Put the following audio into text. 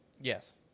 yes